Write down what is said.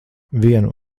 vienu